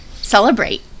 celebrate